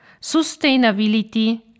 sustainability